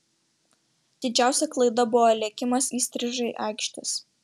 didžiausia klaida buvo lėkimas įstrižai aikštės